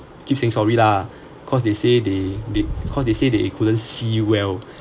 keep saying sorry lah because they say they they because they say they couldn't see well